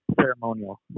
ceremonial